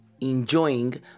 enjoying